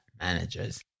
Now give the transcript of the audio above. managers